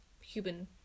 human